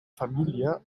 familie